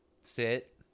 sit